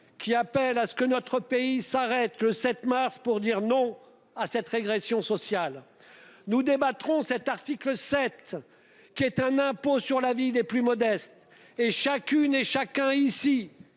qui appelle à ce que notre pays s'arrête le 7 mars pour dire non à cette régression sociale nous débattrons cet article 7 qui est un impôt sur la vie des plus modestes et chacune et chacun ici